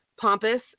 pompous